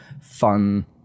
fun